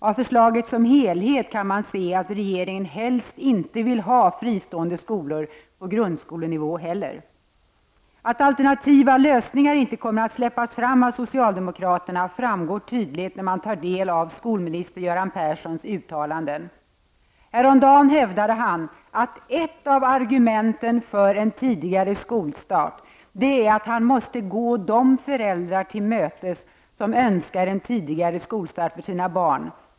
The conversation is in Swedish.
Av förslaget som helhet kan man se att regeringen helst inte vill ha fristående skolor på grundskolenivå heller. Att alternativa lösningar inte kommer att släppas fram av socialdemokraterna framgår tydligt när man tar del av skolminister Göran Perssons uttalanden. Häromdagen hävdade han att ett av argumenten för en tidigare skolstart är att han måste gå de föräldrar till mötes som önskar en tidigare skolstart för sina barn.